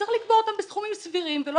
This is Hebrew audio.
וצריך לקבוע אותם בסכומים סבירים ולא